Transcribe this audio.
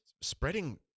spreading